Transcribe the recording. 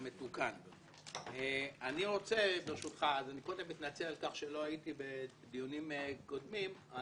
אני מתנצל שלא הייתי בדיונים קודמים.